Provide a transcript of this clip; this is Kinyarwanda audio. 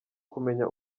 kumenya